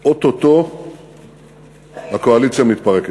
שאו-טו-טו הקואליציה מתפרקת,